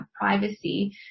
privacy